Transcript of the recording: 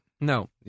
no